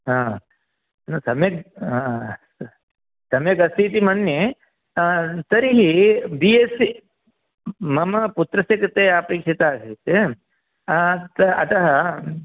हा न् सम्यक् सम्यक् अस्ति इति मन्ये तर्हि बि एस् सि मम पुत्रस्य कृते अपेक्षिता आसीत् अतः